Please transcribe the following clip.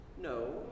no